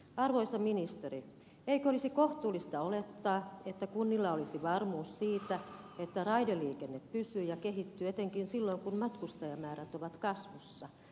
arvoisa ministeri eikö olisi kohtuullista olettaa että kunnilla olisi varmuus siitä että raideliikenne pysyy ja kehittyy etenkin silloin kun matkustajamäärät ovat kasvussa